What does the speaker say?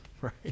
Right